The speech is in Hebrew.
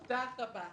תודה.